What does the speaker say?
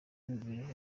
n’imibereho